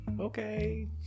Okay